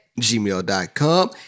Gmail.com